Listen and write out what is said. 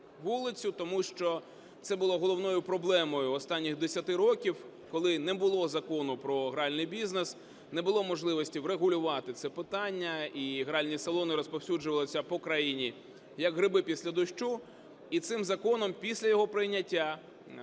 Вулицю, тому що це було головною проблемою останніх 10 років, коли не було Закону про гральний бізнес, не було можливості врегулювати це питання, і гральні салони розповсюджувалися по країні, як гриби після дощу. І цим законом після його прийняття